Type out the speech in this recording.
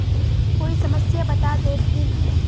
कोई समस्या बता देतहिन?